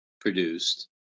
produced